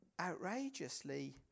outrageously